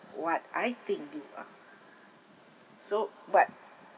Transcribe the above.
what I think you are so but